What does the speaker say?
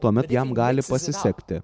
tuomet jam gali pasisekti